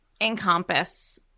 encompass